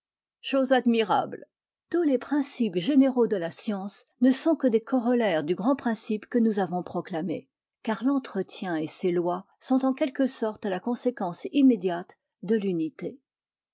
chose admirable tous les principes généraux de la science ne sont que des corollaires du grand principe que nous avons proclamé car l'entretien et ses lois sont en quelque sorte la conséquence immédiate de vunité